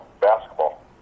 basketball